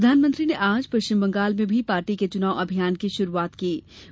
प्रधानमंत्री ने आज पश्चिम बंगाल में भी पार्टी के चनाव अभियान की शुरुआत कीं